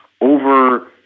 over